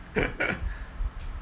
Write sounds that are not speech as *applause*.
*laughs*